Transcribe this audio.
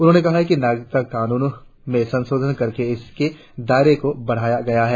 उन्होंने कहा कि नागरिकता कानून में संशोधन करके इसके दायरे को बढ़ावा गया है